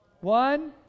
one